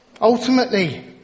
Ultimately